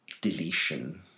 deletion